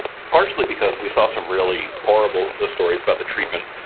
partially because we saw some really horrible stories about the treatment